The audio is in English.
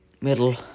middle